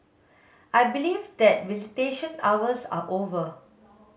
I believe that visitation hours are over